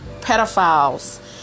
Pedophiles